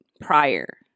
prior